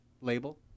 label